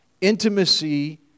Intimacy